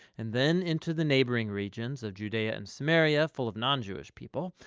and then into the neighboring regions of judea and samaria, full of non-jewish people,